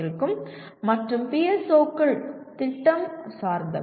மற்றும் PSO கள் திட்டம் சார்ந்தவை